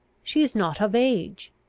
she is not of age.